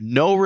no